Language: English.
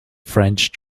french